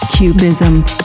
Cubism